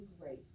great